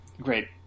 great